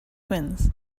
twins